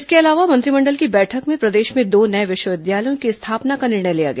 इसके अलावा मंत्रिमंडल की बैठक में प्रदेश में दो नए विश्वविद्यालयों की स्थापना का निर्णय लिया गया